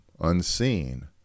unseen